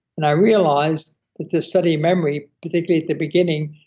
and i realized that to study memory, particularly at the beginning,